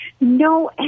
No